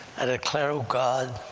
and declare, oh, god,